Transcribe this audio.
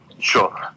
Sure